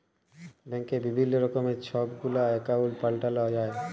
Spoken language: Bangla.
ব্যাংকে বিভিল্ল্য রকমের ছব গুলা একাউল্ট পাল্টাল যায়